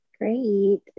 Great